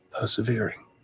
persevering